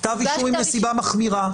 כתב אישום עם נסיבה מחמירה.